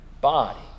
body